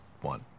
one